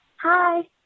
Hi